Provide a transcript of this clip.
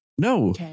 No